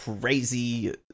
crazy